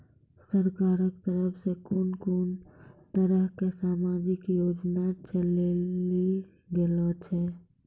सरकारक तरफ सॅ कून कून तरहक समाजिक योजना चलेली गेलै ये?